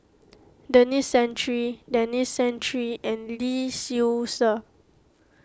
Denis Santry Denis Santry and Lee Seow Ser